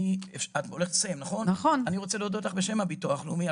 אני רוצה להודות לך בשם הביטוח הלאומי,